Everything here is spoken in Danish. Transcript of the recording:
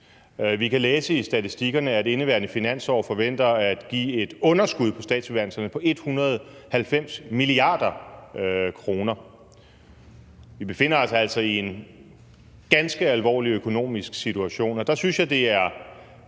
Vi kan læse i statistikkerne, at indeværende finansår forventes at give et underskud på statsfinanserne på 190 mia. kr. Vi befinder os altså i en ganske alvorlig økonomisk situation. Der synes jeg, det er